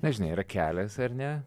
na žinay yra kelias ar ne